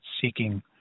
seeking